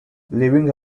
leaving